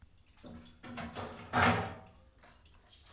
एकबीजपत्री आ द्विबीजपत्री नामक बीहनि के दूटा प्रकार होइ छै